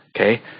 Okay